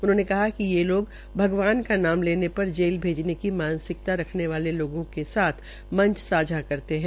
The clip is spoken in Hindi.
उन्होंने कहा कि ये लोग भगवान का नाम लेने पर जेल भेजने की मानसिकता रखने वाले लोगों के साथ मंच सांझा करते है